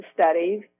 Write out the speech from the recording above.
studies